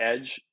edge